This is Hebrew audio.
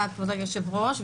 החוק.